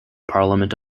parliament